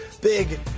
big